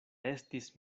estis